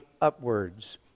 Upwards